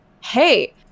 Hey